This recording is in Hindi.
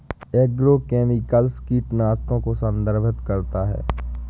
एग्रोकेमिकल्स कीटनाशकों को संदर्भित करता है